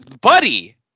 buddy